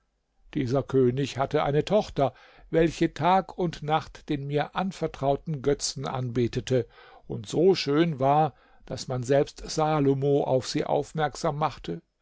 dieser könig hatte eine tochter welche tag und nacht den mir anvertrauten götzen anbetete und so schön war daß man selbst salomo auf sie aufmerksam machte